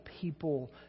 people